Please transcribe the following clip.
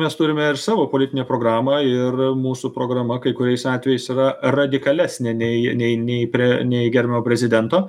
mes turime ir savo politinę programą ir mūsų programa kai kuriais atvejais yra radikalesnė nei nei nei pre nei gerbiamo prezidento